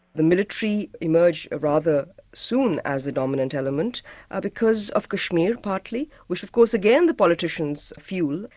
the military emerged rather soon as the dominant element ah because of kashmir partly, which of course again the politicians fuelled,